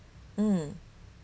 um